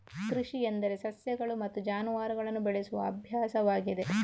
ಕೃಷಿ ಎಂದರೆ ಸಸ್ಯಗಳು ಮತ್ತು ಜಾನುವಾರುಗಳನ್ನು ಬೆಳೆಸುವ ಅಭ್ಯಾಸವಾಗಿದೆ